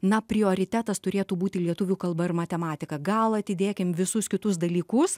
na prioritetas turėtų būti lietuvių kalba ar matematika gal atidėkim visus kitus dalykus